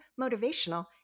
motivational